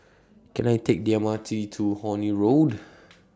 Can I Take The M R T to Horne Road